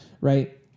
right